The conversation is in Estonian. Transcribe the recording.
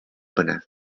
põnev